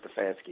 Stefanski